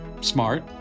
smart